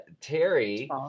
Terry